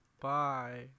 Bye